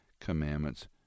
commandments